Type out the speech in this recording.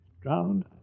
Drowned